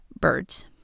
birds